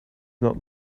not